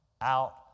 out